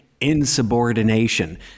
insubordination